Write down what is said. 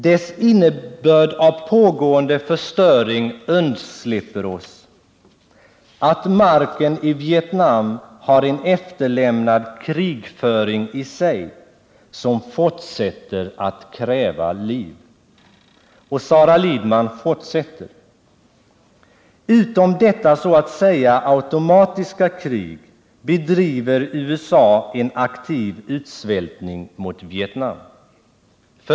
Dess innebörd av pågående förstöring undslipper oss; att marken i Vietnam har en efterlämnad krigföring i sig, som fortsätter att kräva liv.” Sara Lidman fortsätter: ”Utom detta så att säga automatiska krig, bedriver USA en aktiv utsvältning mot Vietnam.